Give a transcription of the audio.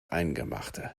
eingemachte